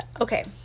okay